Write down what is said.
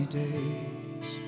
days